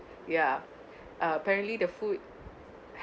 ya uh apparently the food